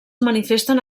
manifesten